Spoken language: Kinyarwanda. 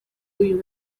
uyu